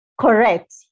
Correct